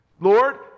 Lord